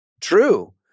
true